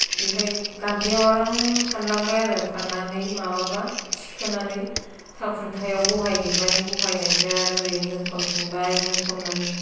बेहाय गान्दैयाव आराम फानलांबाय आरो फाननानै माबाबा थिखोनानै साल खुन्थायाव बहायहैबाय बहायनायनिफ्राय आरो ओरै नो खनफिनबाय नो खननानै